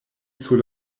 sur